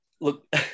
look